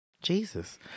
Jesus